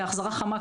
החזרה חמה,